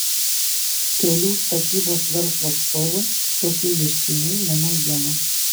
kelių statybos verslo atstovui tokie ieškiniai ne naujiena